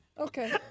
okay